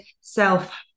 self